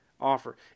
offer